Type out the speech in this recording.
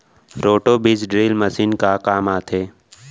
Roto बीज drill machine का काम आथे?